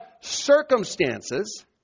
circumstances